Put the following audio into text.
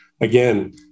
again